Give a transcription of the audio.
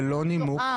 זה לא נימוק,